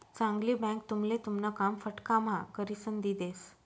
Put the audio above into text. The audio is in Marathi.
चांगली बँक तुमले तुमन काम फटकाम्हा करिसन दी देस